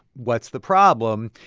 what's the problem?